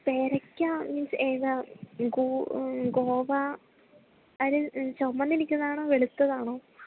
പേരക്ക മീൻസ് ഏതാ ഗോവാ അത് ചൊമന്നിരിക്കുന്നതാണോ വെളുത്തതാണോ